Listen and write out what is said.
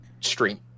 stream